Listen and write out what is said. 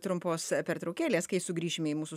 trumpos pertraukėlės kai sugrįšime į mūsų